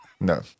No